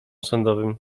sądowym